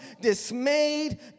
dismayed